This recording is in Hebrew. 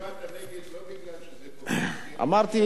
אתה הצבעת נגד לא בגלל שזה קואליציה, אמרתי,